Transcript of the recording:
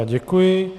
Děkuji.